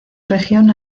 región